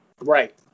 Right